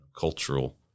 cultural